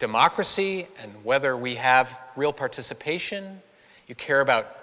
democracy and whether we have real participation you care about